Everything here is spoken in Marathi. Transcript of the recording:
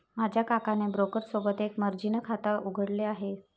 माझ्या काकाने ब्रोकर सोबत एक मर्जीन खाता उघडले आहे